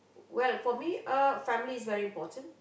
well for me uh family is very important